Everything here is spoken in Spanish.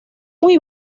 muy